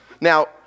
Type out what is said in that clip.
Now